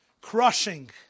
crushing